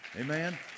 Amen